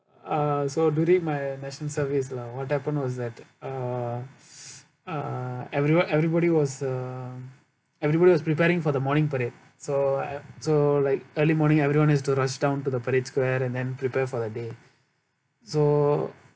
uh so during my national service lah what happened was that uh uh everyone everybody was uh everybody was preparing for the morning parade so I so like early morning everyone has to rush down to the parade square and then prepare for the day so